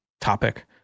topic